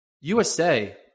USA